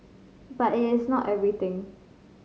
but it is not everything